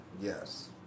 Yes